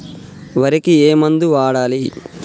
వరికి ఏ మందు వాడాలి?